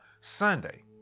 Sunday